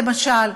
למשל,